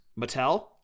Mattel